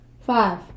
Five